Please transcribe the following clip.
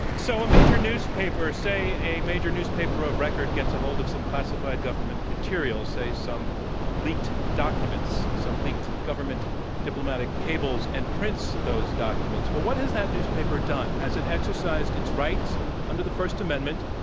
so a major newspaper say a major newspaper of record gets a hold of some classified government material, say some leaked documents, some leaked government diplomatic cables and prints those documents. well, what has that newspaper done? has it exercised its rights under the first amendment,